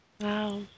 Wow